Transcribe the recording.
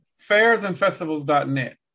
Fairsandfestivals.net